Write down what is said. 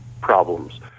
problems